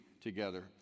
together